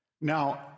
Now